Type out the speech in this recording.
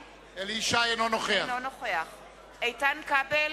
אינו נוכח איתן כבל,